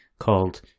called